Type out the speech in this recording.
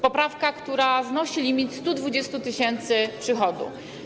To poprawka, która znosi limit 120 tys. przychodu.